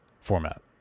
format